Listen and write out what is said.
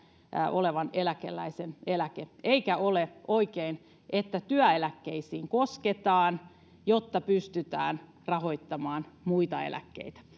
olevan eläkeläisen eläke eikä ole oikein että työeläkkeisiin kosketaan jotta pystytään rahoittamaan muita eläkkeitä